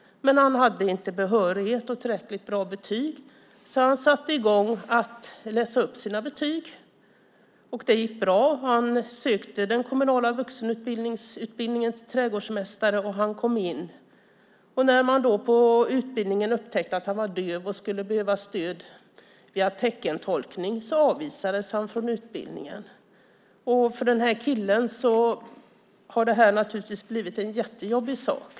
Men han hade inte behörighet och inte tillräckligt bra betyg, så han satte i gång att läsa upp sina betyg. Det gick bra. Han sökte den kommunala vuxenutbildningen till trädgårdsmästare och kom in. Men när man på utbildningen upptäckte att han var döv och skulle behöva stöd via teckentolkning avvisades han från utbildningen. För den här killen har det här naturligtvis blivit en jättejobbig sak.